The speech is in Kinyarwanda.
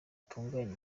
rutunganya